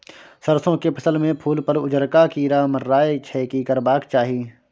सरसो के फसल में फूल पर उजरका कीरा मंडराय छै की करबाक चाही?